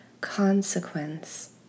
consequence